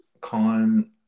con